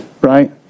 Right